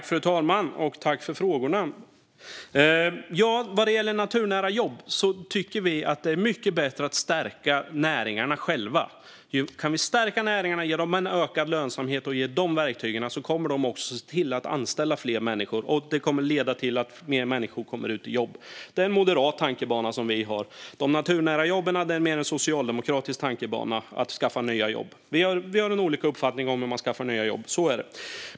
Fru talman! Tack för frågorna! Vad gäller naturnära jobb tycker vi att det är mycket bättre att stärka själva näringarna. Kan vi stärka näringarna och ge dem verktyg så att de kan öka lönsamheten kommer de också att anställa fler människor, vilket kommer att leda till att fler människor kommer ut i jobb. Det är den tanke vi moderater har för att skapa nya jobb. De naturnära jobben är mer av en socialdemokratisk tanke. Vi har olika uppfattning om hur man skapar nya jobb; så är det.